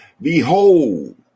Behold